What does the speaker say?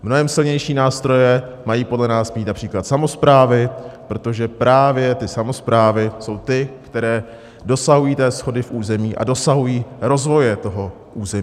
Mnohem silnější nástroje mají podle nás mít například samosprávy, protože právě samosprávy jsou ty, které dosahují shody v území a dosahují rozvoje území.